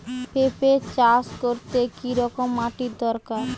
পেঁপে চাষ করতে কি রকম মাটির দরকার?